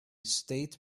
state